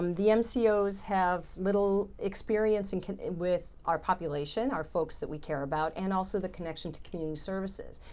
um the um so mcos have little experience and with our population, our folks that we care about, and also the connection to community services.